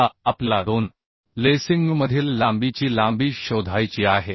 आता आपल्याला दोन लेसिंगमधील लांबीची लांबी शोधायची आहे